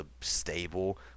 stable